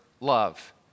love